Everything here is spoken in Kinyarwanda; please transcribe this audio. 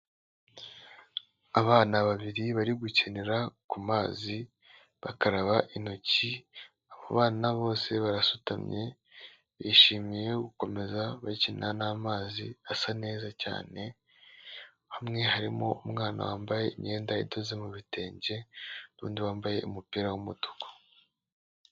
Abana babiri bari gukinira ku mazi bakaraba intoki abo bana bose barasutamye bishimiye gukomeza gukina n'amazi asa neza cyane ,bamwe harimo umwana wambaye imyenda idoze mu bitenge n'undi wambaye umupira w'umutuku.